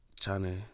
China